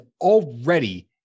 already